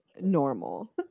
normal